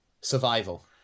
Survival